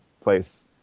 place